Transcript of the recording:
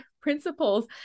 principles